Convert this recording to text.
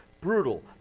brutal